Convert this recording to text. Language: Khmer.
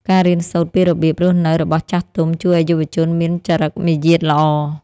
ការរៀនសូត្រពីរបៀបរស់នៅរបស់ចាស់ទុំ ជួយឱ្យយុវជនមានចរិតមារយាទល្អ។